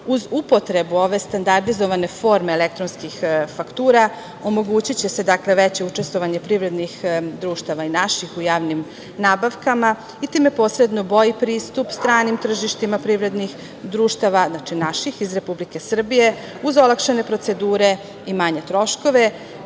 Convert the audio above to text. Uz upotrebu ove standardizovane forme elektronskih faktura omogućiće se veće učestvovanje privrednih društava i naših u javnim nabavkama i time posredno bolji pristup stranim tržištima privrednih društava, znači naših, iz Republike Srbije, uz olakšane procedure i manje troškove. Bitno